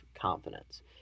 confidence